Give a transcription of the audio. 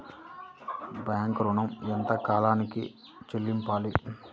Bank ఋణం ఎంత కాలానికి చెల్లింపాలి?